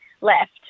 left